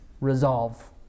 resolve